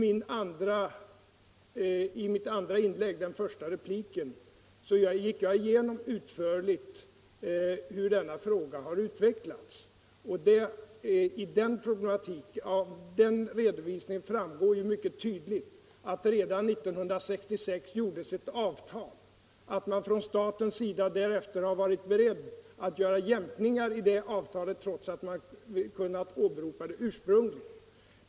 I mitt andra inlägg — den första repliken — gick jag utförligt igenom hur denna fråga har utvecklats. Av den redovisningen framgår mycket tydligt att redan 1966 träffades ett avtal och att man från statens sida därefter har varit beredd att göra jämkningar i detta trots att man kunnat åberopa det ursprungliga avtalet.